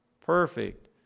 perfect